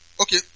Okay